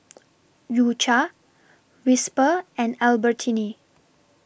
U Cha Whisper and Albertini